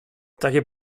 takie